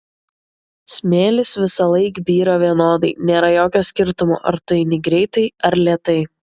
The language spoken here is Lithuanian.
smėlis visąlaik byra vienodai nėra jokio skirtumo ar tu eini greitai ar lėtai